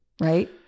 right